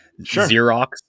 Xerox